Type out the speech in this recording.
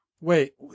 Wait